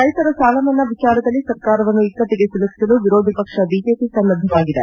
ರೈತರ ಸಾಲ ಮನ್ನಾ ವಿಚಾರದಲ್ಲಿ ಸರ್ಕಾರವನ್ನು ಇಕ್ಕಟ್ಟಗೆ ಸಿಲುಕಿಸಲು ವಿರೋಧ ಪಕ್ಷ ಬಿಜೆಪಿ ಸನ್ನದ್ಧವಾಗಿದೆ